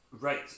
Right